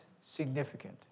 significant